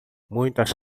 muitas